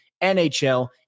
NHL